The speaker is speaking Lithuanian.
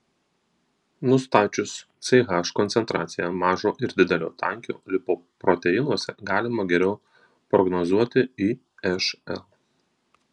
nustačius ch koncentraciją mažo ir didelio tankio lipoproteinuose galima geriau prognozuoti išl